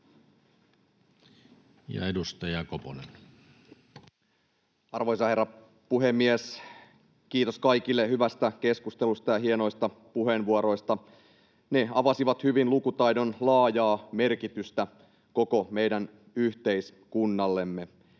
Ja edustaja Koponen. Arvoisa herra puhemies! Kiitos kaikille hyvästä keskustelusta ja hienoista puheenvuoroista. Ne avasivat hyvin lukutaidon laajaa merkitystä koko meidän yhteiskunnallemme.